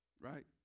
right